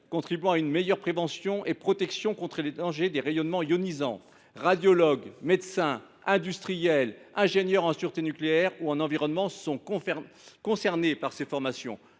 contribuant à une meilleure prévention et protection contre les dangers des rayonnements ionisants. Radiologues, médecins, industriels, ingénieurs en sûreté nucléaire ou en environnement sont concernés par ces formations,